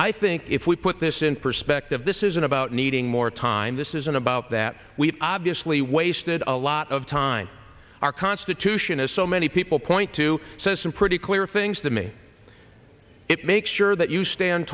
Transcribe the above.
i think if we put this in perspective this isn't about needing more time this isn't about that we've obviously wasted a lot of time our constitution as so many people point to says some pretty clear things to me it makes sure that you stand